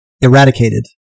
eradicated